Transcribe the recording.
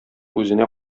үзенә